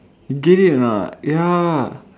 get it or not ya